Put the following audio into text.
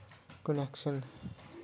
connection